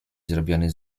zrobiony